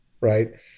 right